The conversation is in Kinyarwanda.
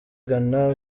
ghana